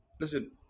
listen